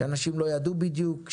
שאנשים לא ידעו בדיוק,